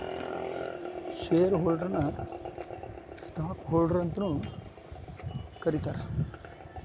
share ಹೋಲ್ಡರ್ನ ನ stock holder ಅಂತಾನೂ ಕರೇತಾರ